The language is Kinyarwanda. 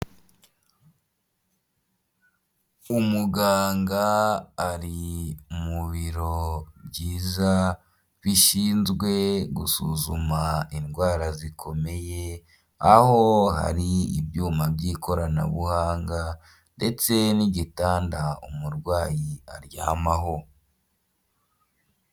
Umuganga ari mu biro byiza bishinzwe gusuzuma indwara zikomeye, aho hari ibyuma by'ikoranabuhanga ndetse n'igitanda umurwayi aryamaho.